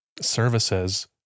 services